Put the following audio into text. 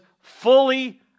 fully